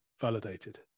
validated